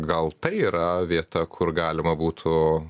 gal tai yra vieta kur galima būtų